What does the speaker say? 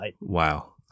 Wow